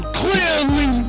clearly